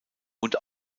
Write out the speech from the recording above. und